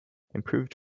improved